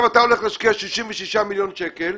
אתה הולך להשקיע עכשיו 66 מיליון שקל,